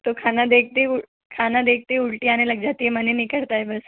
तो खाना देखते ही खाना देखते ही उल्टी आने लग जाती है मन ही नहीं करता है बस